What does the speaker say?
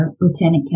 Lieutenant